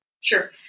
Sure